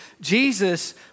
Jesus